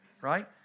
Right